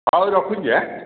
ହଉ ରଖୁଛି ଆଁ